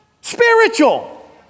spiritual